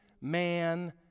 man